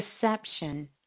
perception